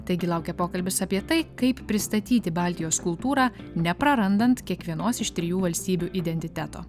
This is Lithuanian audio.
taigi laukia pokalbis apie tai kaip pristatyti baltijos kultūrą neprarandant kiekvienos iš trijų valstybių identiteto